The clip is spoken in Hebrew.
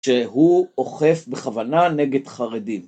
‫שהוא אוכף בכוונה נגד חרדים.